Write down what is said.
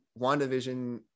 WandaVision